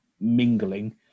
mingling